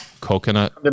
coconut